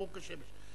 ברור כשמש.